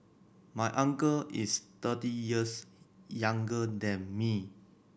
my uncle is thirty years younger than me